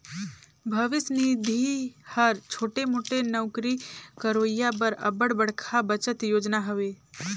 भविस निधि हर छोटे मोटे नउकरी करोइया बर अब्बड़ बड़खा बचत योजना हवे